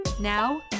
Now